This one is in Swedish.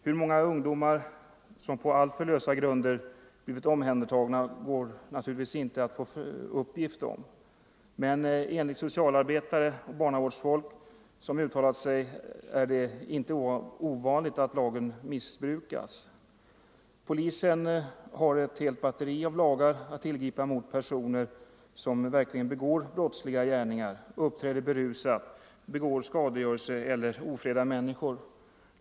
Hur många ungdomar som på alltför lösa grunder blivit omhändertagna går naturligtvis inte att få uppgift om. Men enligt socialarbetare och barnavårdsfolk som uttalat sig är det inte ovanligt att lagen missbrukas. Polisen har ett helt batteri av lagar att tillgripa mot personer som verkligen begår brottsliga gärningar, uppträder berusat, begår skadegörelse eller ofredar människor.